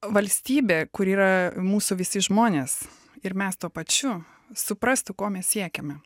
valstybė kuri yra mūsų visi žmonės ir mes tuo pačiu suprastų ko mes siekiame